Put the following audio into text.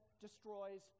destroys